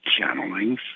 channelings